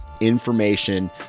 information